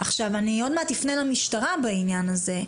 עכשיו, אני עוד מעט אפנה למשטרה בעניין הזה.